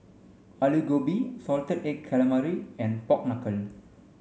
Aloo Gobi salted egg calamari and pork knuckle